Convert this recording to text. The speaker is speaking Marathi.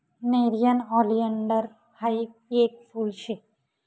नेरीयन ओलीएंडर हायी येक फुल शे